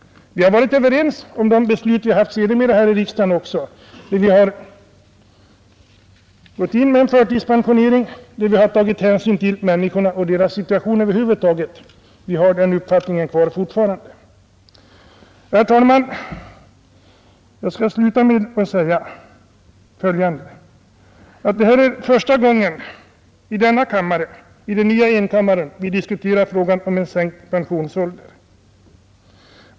Vi har varit överens om de beslut som vi sedermera har fattat här i riksdagen också. Vi har gått in för förtidspensionering, varvid vi tagit hänsyn till människorna och deras situation över huvud taget, och vi har den inställningen kvar fortfarande. Jag skall sluta med att säga att detta är första gängen i den nya enkammaren som vi diskuterar frågan om sänkt pensionsålder.